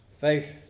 faith